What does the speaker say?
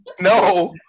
No